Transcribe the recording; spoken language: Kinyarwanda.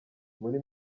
muri